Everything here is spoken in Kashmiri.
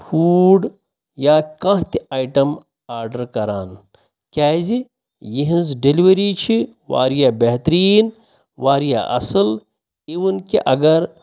پھوٗڈ یا کانٛہہ تہِ آیٹَم آڈَر کران کیٛازِ یِہٕنٛز ڈلؤری چھِ واریاہ بہتریٖن واریاہ اَصٕل اِوٕن کہِ اَگر